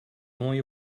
only